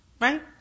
Right